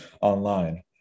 online